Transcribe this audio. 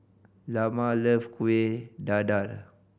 Lamar love Kuih Dadar